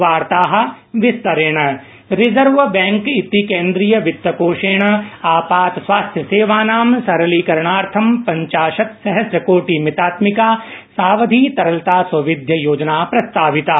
वार्ता विस्तरेण reserve bank of India reserve bank इति केन्द्रीयवितकोषेण आपात स्वास्थ्य सेवानां सरलीकरणार्थं पञ्चाशत्सहस्रकोटिमितात्मिका सावधि तरलता सौविध्य योजना प्रस्ताविता